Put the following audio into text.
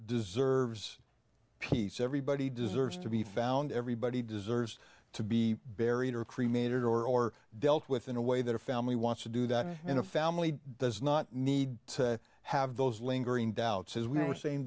deserves peace everybody deserves to be found everybody deserves to be buried or cremated or dealt with in a way that a family wants to do that in a family does not need to have those lingering doubts as we were saying